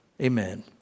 Amen